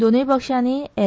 दोनूय पक्षानी एल